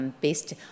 based